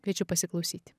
kviečiu pasiklausyti